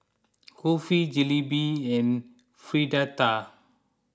Kulfi Jalebi and Fritada